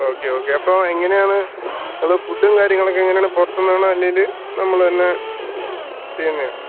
okay okay അപ്പോൾ എങ്ങനെയാണ് നിങ്ങളുടെ ഫുഡും കാര്യങ്ങളും ഒക്കെ എങ്ങനെയാണ് പുറത്ത് നിന്നാണോ അല്ലെങ്കിൽ നമ്മൾ തന്നെ ചെയ്യുന്നതാണോ